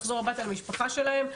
לחזור הביתה למשפחה שלהם,